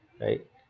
right